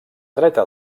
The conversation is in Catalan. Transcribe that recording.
dreta